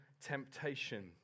temptation